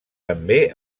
també